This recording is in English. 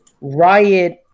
Riot